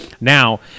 Now